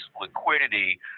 liquidity